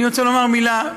אני רוצה לומר מילה.